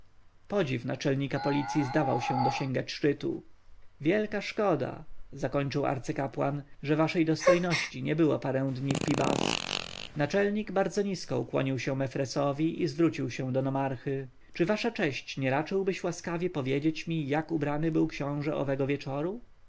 podziw naczelnika policji zdawał się dosięgać szczytu wielka szkoda zakończył arcykapłan że waszej dostojności nie było parę dni w pi-bast naczelnik bardzo nisko ukłonił się mefresowi i zwrócił się do nomarchy czy wasza cześć nie raczyłbyś łaskawie powiedzieć mi jak był ubrany książę owego wieczora